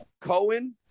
Cohen